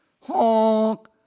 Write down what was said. HONK